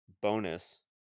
Bonus